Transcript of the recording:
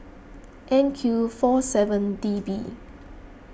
N Q four seven D B